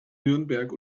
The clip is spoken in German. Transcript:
nürnberg